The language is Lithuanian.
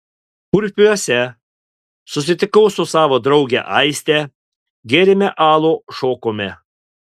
kurpiuose susitikau su savo drauge aiste gėrėme alų šokome